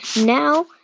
Now